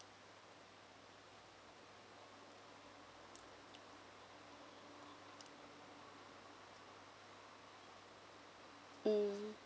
mm